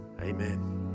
amen